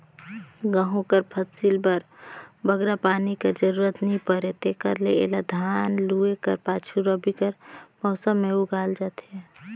गहूँ कर फसिल बर बगरा पानी कर जरूरत नी परे तेकर ले एला धान लूए कर पाछू रबी कर मउसम में उगाल जाथे